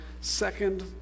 Second